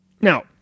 Now